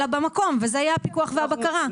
אלא במקום וזה יהיה הפיקוח והבקרה.